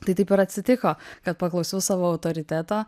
tai taip ir atsitiko kad paklausiau savo autoriteto